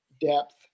depth